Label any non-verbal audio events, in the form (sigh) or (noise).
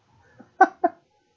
(laughs)